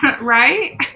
Right